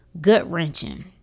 gut-wrenching